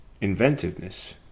inventiveness